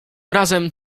razem